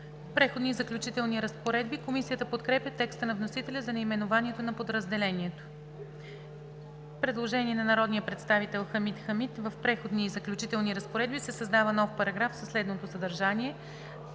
„Преходни и заключителни разпоредби.“ Комисията подкрепя текста на вносителя за наименованието на подразделението. Предложение на народния представител Хамид Хамид: „В Преходни и заключителни разпоредби се създава нов параграф със следното съдържание: